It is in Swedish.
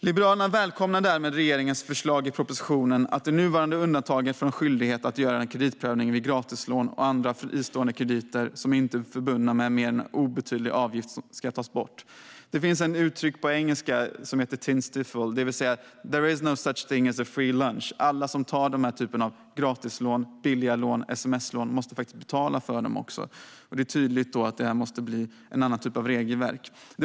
Liberalerna välkomnar därmed regeringens förslag i propositionen att det nuvarande undantaget från skyldigheten att göra en kreditprövning vid gratislån och andra fristående krediter som inte är förbundna med mer än en obetydlig avgift ska tas bort. Det finns ett engelskt uttryck kallat Tinstaafl, det vill säga en förkortning av "There is no such thing as a free lunch". Alla som tar gratislån, billiga lån eller sms-lån måste faktiskt också betala för dem. Det är tydligt att ett annat slags regelverk behövs.